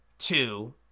Two